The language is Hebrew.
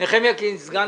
נחמיה קינד, סגן